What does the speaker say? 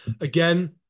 Again